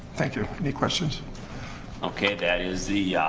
thank you any questions okay that is the